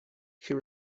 she